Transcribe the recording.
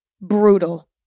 brutal